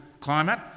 climate